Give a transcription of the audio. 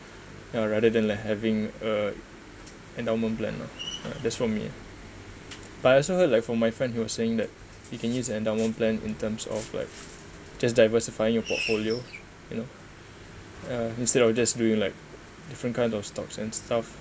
or rather than like having a endowment plan ah that's for me ah but I also heard like from my friend he was saying that you can use endowment plan in terms of like just diversifying your portfolio you know uh instead of just doing like different kind of stocks and stuff